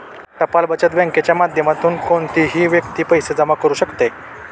टपाल बचत बँकेच्या माध्यमातून कोणतीही व्यक्ती पैसे जमा करू शकते